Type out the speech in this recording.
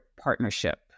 partnership